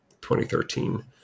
2013